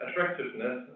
attractiveness